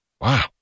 Wow